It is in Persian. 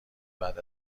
بعد